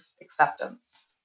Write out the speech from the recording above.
acceptance